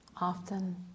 often